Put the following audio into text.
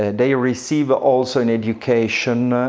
ah they receive also an education,